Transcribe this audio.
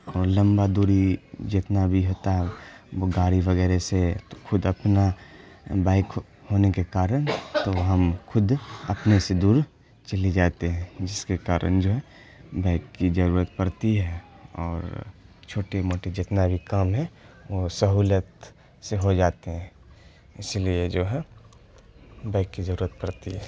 اور لمبا دوری جتنا بھی ہوتا ہے وہ گاڑی وغیرہ سے تو خود اپنا بائک ہونے کے کارن تو ہم خود اپنے سے دور چلے جاتے ہیں جس کے کارن جو ہے بائک کی ضرورت پڑتی ہے اور چھوٹے موٹے جتنا بھی کام ہے وہ سہولت سے ہو جاتے ہیں اسی لیے جو ہے بائک کی ضرورت پڑتی ہے